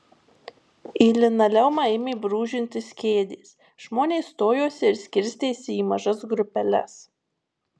į linoleumą ėmė brūžintis kėdės žmonės stojosi ir skirstėsi į mažas grupeles